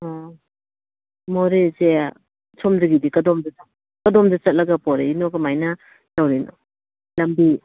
ꯑꯣ ꯃꯣꯔꯦꯁꯦ ꯁꯣꯝꯗꯒꯤꯗꯤ ꯀꯗꯣꯝꯗ ꯆꯠꯂꯒ ꯄꯣꯔꯛꯏꯅꯣ ꯀꯔꯃꯥꯏꯅ ꯇꯧꯔꯤꯅꯣ ꯂꯝꯕꯤ